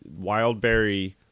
Wildberry